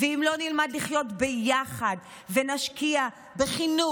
ואם לא נלמד לחיות ביחד ונשקיע בחינוך,